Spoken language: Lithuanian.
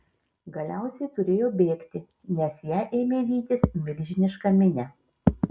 galiausiai turėjo bėgti nes ją ėmė vytis milžiniška minia